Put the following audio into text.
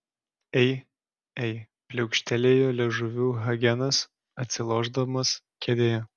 ei ei pliaukštelėjo liežuviu hagenas atsilošdamas kėdėje